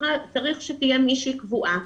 צריך שתהיה מישהי קבועה.